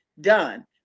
done